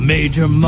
Major